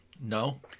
No